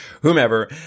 whomever